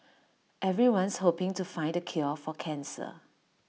everyone's hoping to find the cure for cancer